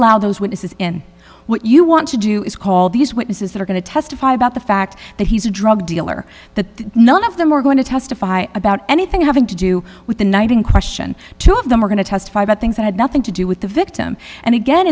allow those witnesses in what you want to do is call these witnesses that are going to testify about the fact that he's a drug dealer that none of them were going to testify about anything having to do with the night in question two of them were going to testify about things that had nothing to do with the victim and again